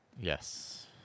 Yes